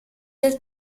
del